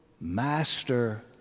master